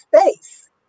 space